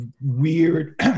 weird